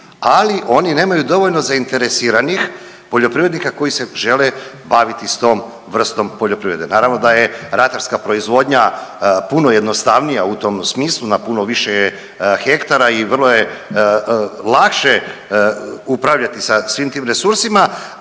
ali oni nemaju dovoljno zainteresiranih poljoprivrednika koji se žele baviti s tom vrstom poljoprivrede. Naravno da je ratarska proizvodnja puno jednostavnija u tom smislu, na puno više hektara i vrlo je lakše upravljati sa svim tim resursima.